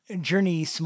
Journey